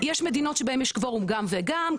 יש מדינות שבהן יש קוורום גם וגם,